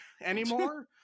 anymore